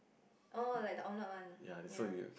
oh like the omelette one ya